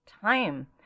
time